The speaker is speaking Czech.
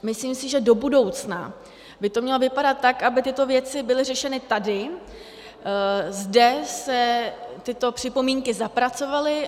Myslím si, že do budoucna by to mělo vypadat tak, aby tyto věci byly řešeny tady, zde se tyto připomínky zapracovaly.